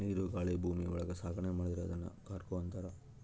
ನೀರು ಗಾಳಿ ಭೂಮಿ ಒಳಗ ಸಾಗಣೆ ಮಾಡಿದ್ರೆ ಅದುನ್ ಕಾರ್ಗೋ ಅಂತಾರ